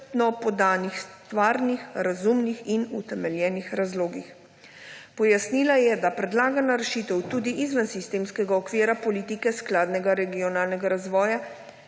podanih stvarnih, razumnih in utemeljenih razlogih. Pojasnila je, da je predlagana rešitev tudi izven sistemskega okvira politike skladnega regionalnega razvoja